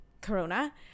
Corona